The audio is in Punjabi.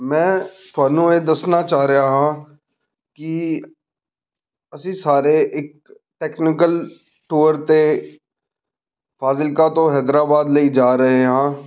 ਮੈਂ ਤੁਹਾਨੂੰ ਇਹ ਦੱਸਣਾ ਚਾਹ ਰਿਹਾ ਕਿ ਅਸੀਂ ਸਾਰੇ ਇੱਕ ਟੈਕਨੀਕਲ ਟੂਰ 'ਤੇ ਫਾਜ਼ਿਲਕਾ ਤੋਂ ਹੈਦਰਾਬਾਦ ਲਈ ਜਾ ਰਹੇ ਹਾਂ